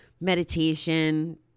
meditation